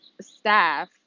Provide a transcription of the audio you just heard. staff